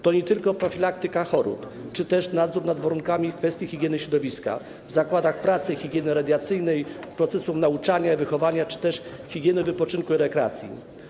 To nie tylko profilaktyka chorób czy też nadzór nad warunkami w kwestii higieny środowiska w zakładach pracy, higieny radiacyjnej, procesów nauczania i wychowania czy też higieny wypoczynku i rekreacji.